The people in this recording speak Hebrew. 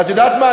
ואת יודעת מה,